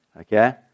Okay